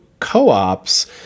co-ops